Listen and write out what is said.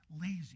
lazy